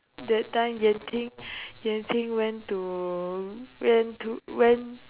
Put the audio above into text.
that time yan-ting yan-ting went to went to went